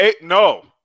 No